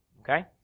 Okay